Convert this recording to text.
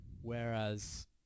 Whereas